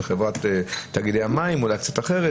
בחברת תאגידי המים או לעשות אחרת,